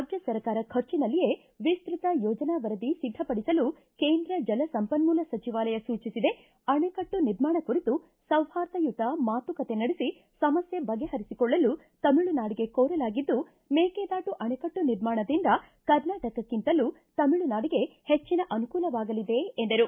ರಾಜ್ಞ ಸರ್ಕಾರ ಖರ್ಚಿನಲ್ಲಿಯೇ ವಿಸ್ಟತ ಯೋಜನಾ ವರದಿ ಸಿದ್ದಪಡಿಸಲು ಕೇಂದ್ರ ಜಲ ಸಂಪನ್ಮೂಲ ಸಚಿವಾಲಯ ಸೂಚಿಸಿದೆ ಅಣೆಕಟ್ಟು ನಿರ್ಮಾಣ ಕುರಿತು ಸೌಹಾರ್ದಯುತ ಮಾತುಕತೆ ನಡೆಸಿ ಸಮಸ್ಥೆ ಬಗೆ ಪರಿಸಿಕೊಳ್ಳಲು ತಮಿಳುನಾಡಿಗೆ ಕೋರಲಾಗಿದ್ದು ಮೇಕೆದಾಟು ಅಣೆಕಟ್ಟು ನಿರ್ಮಾಣದಿಂದ ಕರ್ನಾಟಕಕ್ಕಿಂತಲೂ ತಮಿಳುನಾಡಿಗೆ ಹೆಚ್ಚಿನ ಅನುಕೂಲವಾಗಲಿದೆ ಎಂದರು